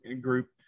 group